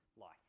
life